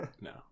No